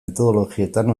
metodologietan